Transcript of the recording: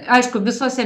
aišku visose